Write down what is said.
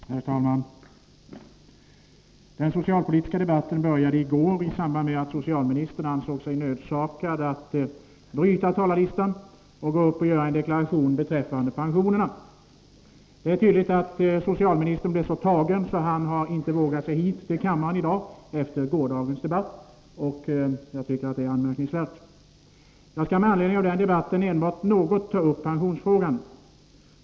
Herr talman! Den socialpolitiska debatten började i går i samband med att socialministern ansåg sig nödsakad bryta talarlistan och gå upp och göra en deklaration beträffande pensionerna. Det är tydligt att socialministern blev så tagen att han inte vågat sig i hit till kammaren i dag efter gårdagens debatt. Jag tycker det är anmärkningsvärt. Jag skall med anledning av den debatten enbart något ta upp pensionsfrågan.